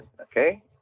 okay